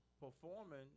performing